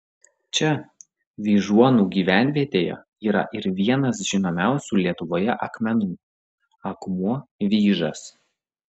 čia vyžuonų gyvenvietėje yra ir vienas žinomiausių lietuvoje akmenų akmuo vyžas